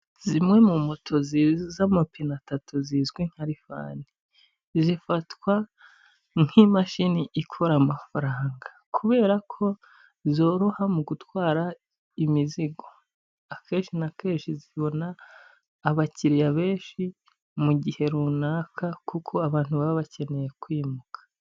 Zimwe mu moto z'amapine atatu zizwi nka lifani, zifatwa nk'imashini ikora amafaranga kubera ko zoroha mu gutwara imizigo, akenshi na kenshi zibona abakiriya benshi mu gihe runaka kuko abantu baba bakeneye kwimuka.